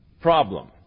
problem